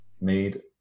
made